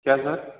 क्या सर